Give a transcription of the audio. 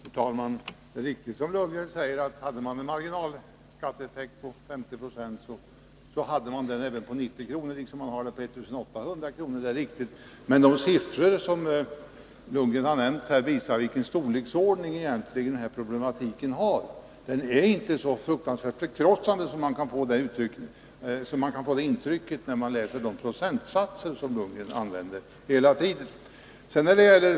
Fru talman! Det är riktigt som Bo Lundgren säger, att har man en marginalskatt på 50 26, har man den på 90 kr. lika väl som på 1 800 kr. Men de siffror som Bo Lundgren har nämnt visar vilken storleksordning problematiken har. Den är inte så förkrossande som man kan få ett intryck av när man läser de procentsatser som Bo Lundgren hela tiden använder.